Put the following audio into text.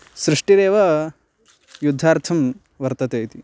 सृष्टिरेव युद्धार्थं वर्तते इति